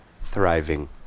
thriving